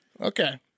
Okay